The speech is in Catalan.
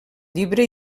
llibre